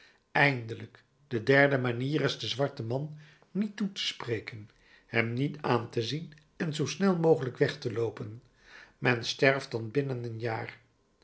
eindelijk de derde manier is den zwarten man niet toe te spreken hem niet aan te zien en zoo snel mogelijk weg te loopen men sterft dan binnen een jaar